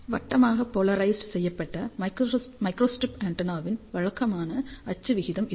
வட்டமாக போலரைஸ்டு செய்யப்பட்ட மைக்ரோஸ்ட்ரிப் ஆண்டெனாவின் வழக்கமான அச்சு விகிதம் இது